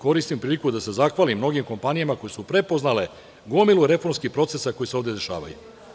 Koristim priliku da se zahvalim mnogim kompanijama koje su prepoznale gomilu reformskih procesa koji se ovde dešavaju.